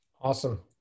Awesome